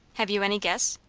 have you any guess?